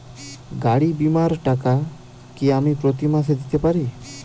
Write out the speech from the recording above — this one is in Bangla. গাড়ী বীমার টাকা কি আমি প্রতি মাসে দিতে পারি?